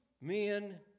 men